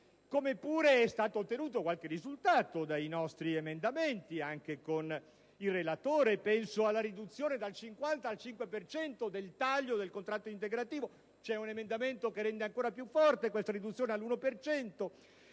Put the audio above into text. come pure è stato ottenuto qualche risultato dai nostri emendamenti, anche con il relatore: penso alla riduzione dal 50 al 5 per cento del contratto integrativo (c'è un emendamento che propone un taglio dell'1